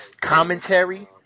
commentary